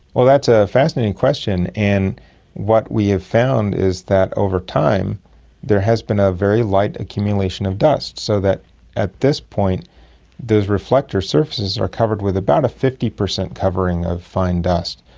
well, that's a fascinating question, and what we have found is that over time there has been a very light accumulation of dust, so that at this point those reflectors' surfaces are covered with about a fifty percent covering of fine dust.